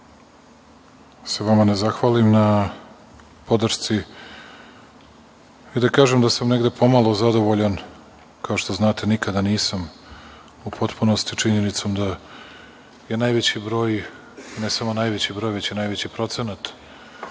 se vama ne zahvalim na podršci i da kažem da sam negde pomalo zadovoljan, kao što znate, nikada nisam u potpunosti, činjenicom da najveći broj, ne samo najveći broj, već i najveći procenat,